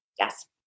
Yes